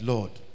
Lord